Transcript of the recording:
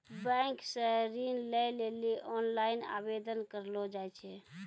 bank से ऋण लै लेली ओनलाइन आवेदन करलो जाय छै